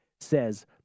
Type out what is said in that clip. Says